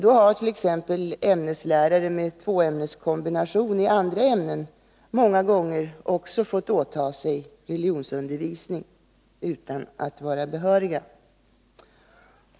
Då har t.ex. ämneslärare med tvåämneskombination i andra ämnen många gånger fått åta sig också religionsundervisning utan att vara behöriga.